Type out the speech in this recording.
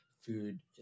food